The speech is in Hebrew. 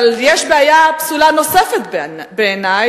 אבל יש בעיה נוספת בעיני,